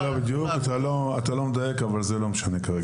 אתה לא מדייק, אבל זה לא משנה כרגע.